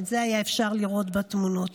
ואת זה היה אפשר לראות בתמונות.